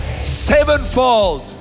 Sevenfold